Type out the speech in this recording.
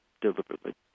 deliberately